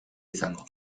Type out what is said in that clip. izango